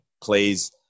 plays